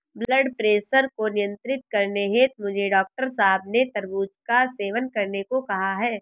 blood pressure को नियंत्रित करने हेतु मुझे डॉक्टर साहब ने तरबूज का सेवन करने को कहा है